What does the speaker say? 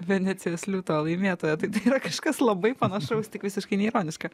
venecijos liūto laimėtoją tai tai yra kažkas labai panašaus tik visiškai neironiška